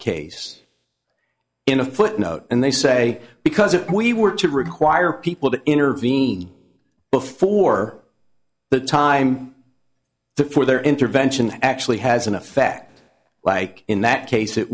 case in a footnote and they say because if we were to require people to intervene before the time for their intervention actually has an effect like in that case it